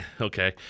okay